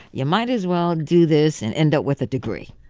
you might as well do this and end up with a degree